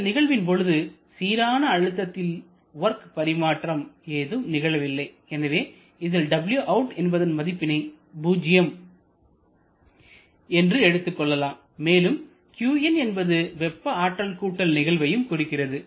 இந்த நிகழ்வின் பொழுது சீரான அழுத்தத்தில் வொர்க் பரிமாற்றம் ஏதும் நிகழ்வதில்லை எனவே இதில் wout என்பதன் மதிப்பினை பூஜ்ஜியம் என்று எடுத்துக்கொள்ளலாம் மேலும் qin என்பது வெப்ப ஆற்றல் கூட்டல் நிகழ்வையும் குறிக்கிறது